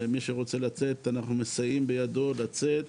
מי שרוצה לצאת אנחנו מסייעים בידו לצאת,